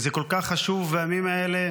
וזה כל כך חשוב בימים האלה,